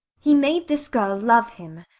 he made this girl love him.